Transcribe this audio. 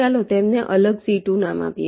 ચાલો તેમને અલગ C2 આપીએ